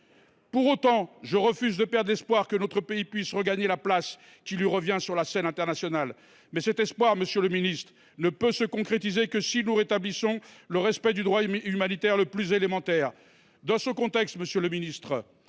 Pour autant, je refuse de perdre l’espoir que notre pays puisse regagner la place qui lui revient sur la scène internationale, mais cet espoir ne pourra se concrétiser que si nous rétablissons le respect du droit humanitaire le plus élémentaire. Dans ce contexte, monsieur le ministre,